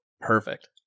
Perfect